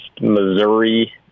Missouri